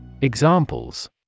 Examples